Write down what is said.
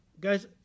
Guys